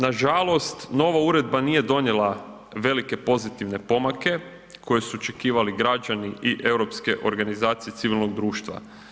Nažalost nova uredba nije donijela velike pozitivne pomake koje su očekivali građani i Europske organizacije civilnog društva.